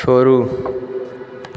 छोड़ू